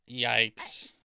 Yikes